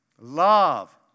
love